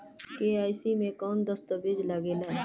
KYC मे कौन दश्तावेज लागेला?